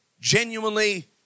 genuinely